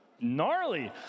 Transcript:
gnarly